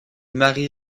marie